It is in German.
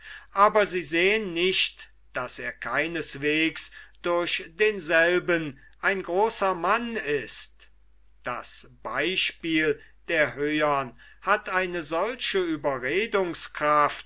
aber sie sehn nicht daß er keineswegs durch denselben ein großer mann ist das beispiel der höhern hat eine solche